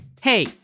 Hey